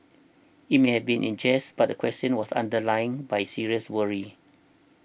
it may have been in jest but the question was underlined by serious worry